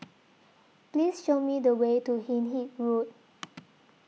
Please Show Me The Way to Hindhede Road